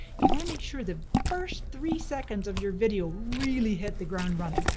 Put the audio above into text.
you want to make sure the first three seconds of your video really hit the ground running.